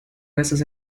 veces